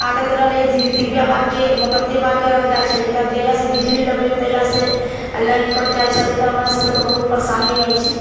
आदत रहलै डिबिया बारके बत्ती बारके रहि जाइ छलिये तऽ अब जहियासँ बिजली लगलै तहियासँ आओर लाइन कटि जाइ छलै तऽ हमरा सबके तऽ बहुत परेशानी हो जाइ छै